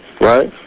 right